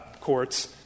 courts